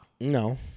No